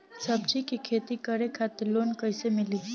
सब्जी के खेती करे खातिर लोन कइसे मिली?